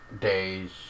days